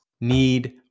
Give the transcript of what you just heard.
need